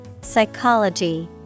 Psychology